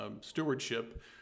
stewardship